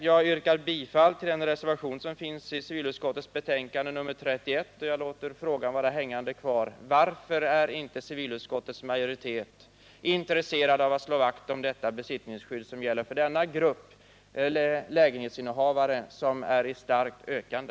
Jag yrkar bifall till den reservation som finns i civilutskottets betänkande nr 31, och jag upprepar min fråga: Varför är inte civilutskottets majoritet intresserad av att slå vakt om besittningsskyddet för denna grupp lägenhetsinnehavare, som är i starkt ökande?